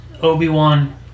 Obi-Wan